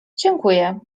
dziękuję